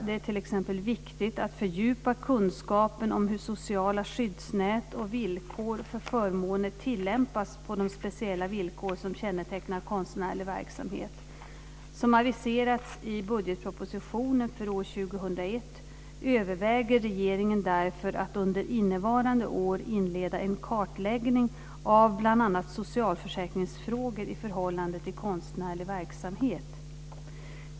Det är t.ex. viktigt att fördjupa kunskapen om hur sociala skyddsnät och villkor för förmåner tillämpas på de speciella villkor som kännetecknar konstnärlig verksamhet. Som aviserats i budgetpropositionen för år 2001 överväger regeringen därför att under innevarande år inleda en kartläggning av bl.a. socialförsäkringsfrågor i förhållande till konstnärlig verksamhet.